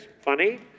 Funny